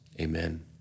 Amen